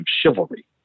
chivalry